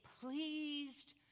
pleased